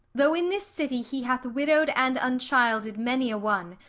though in this city he hath widow'd and unchilded many a one,